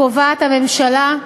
קובעת הממשלה.